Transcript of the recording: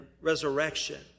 resurrection